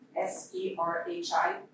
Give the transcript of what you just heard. S-E-R-H-I